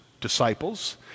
disciples